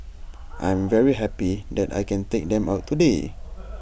I'm very happy that I can take them out today